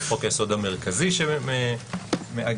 שהוא חוק-היסוד המרכזי שמאגד,